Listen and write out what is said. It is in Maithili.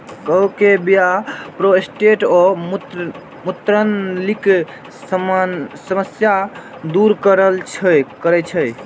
कद्दू के बीया प्रोस्टेट आ मूत्रनलीक समस्या दूर करै छै